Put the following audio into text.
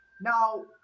now